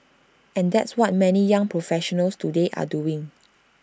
and that's what many young professionals today are doing